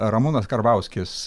ramūnas karbauskis